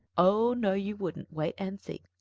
oh, no, you wouldn't. wait and see.